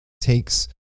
takes